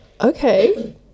Okay